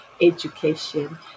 education